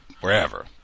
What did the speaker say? wherever